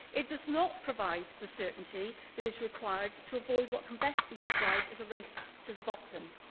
it does not provide the certainty that is required to to avoid what can best be described as a race to the bottom.